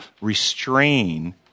restrain